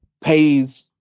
Pays